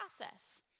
process